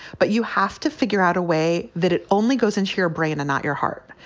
but you have to figure out a way that it only goes in sheer brain and not your heart.